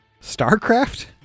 Starcraft